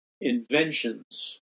inventions